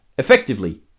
Effectively